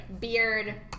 beard